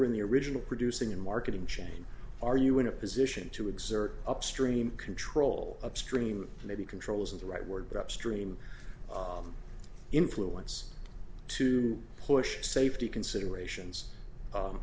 in the original producing and marketing chain are you in a position to exert upstream control upstream maybe control isn't the right word but upstream influence to push safety considerations